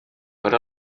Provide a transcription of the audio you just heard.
per